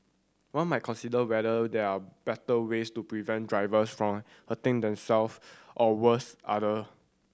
one might consider whether there are better ways to prevent drivers from hurting themselves or worse other